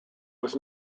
was